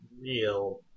real